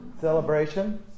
Celebration